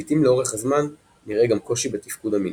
לעיתים לאורך הזמן נראה גם קושי בתפקוד המיני.